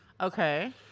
Okay